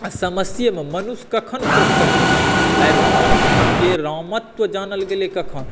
समस्येमे मनुष्य कखन प्रखर होइ छै आइ रामके रामत्व जानल गेलै कखन